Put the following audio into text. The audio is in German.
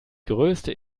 größte